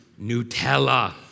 Nutella